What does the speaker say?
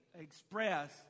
express